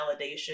validation